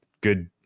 Good